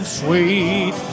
sweet